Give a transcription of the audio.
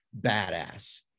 badass